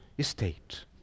state